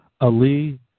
Ali